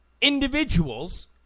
individuals